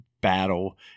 battle